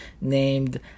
named